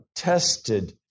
tested